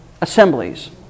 assemblies